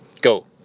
Go